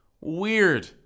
Weird